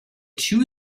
two